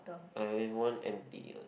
I have one empty ah